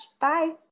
Bye